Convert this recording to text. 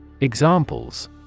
Examples